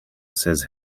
says